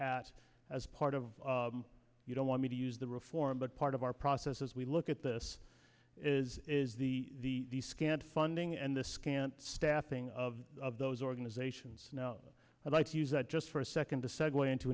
at as part of you don't want me to use the reform but part of our process as we look at this is is the scant funding and the scant staffing of those organizations no i'd like to use that just for a second to segue into